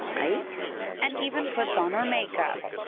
and even puts on her make-up.